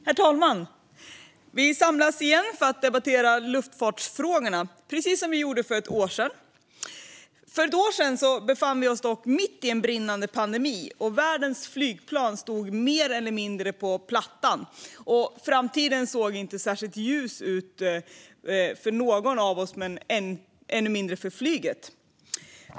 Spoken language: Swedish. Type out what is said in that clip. Herr talman! Vi samlas igen för att debattera luftfartsfrågorna, precis som vi gjorde för ett år sedan. För ett år sedan befann vi oss dock mitt i en brinnande pandemi. Världens flygplan stod mer eller mindre på plattan, och framtiden såg inte särskilt ljus ut för någon av oss men ännu mindre för flyget.